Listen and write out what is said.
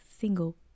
single